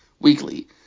weekly